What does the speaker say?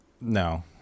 no